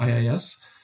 IIS